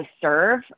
serve